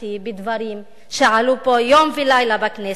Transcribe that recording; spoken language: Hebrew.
אותי בדברים שעלו פה יום ולילה בכנסת,